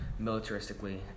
militaristically